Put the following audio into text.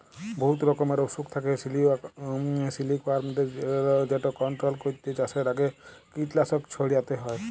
বহুত রকমের অসুখ থ্যাকে সিলিকওয়ার্মদের যেট কলট্রল ক্যইরতে চাষের আগে কীটলাসক ছইড়াতে হ্যয়